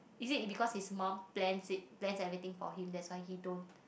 is it because his mum plans it plans everything for him that's why he don't